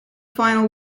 final